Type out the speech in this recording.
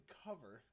cover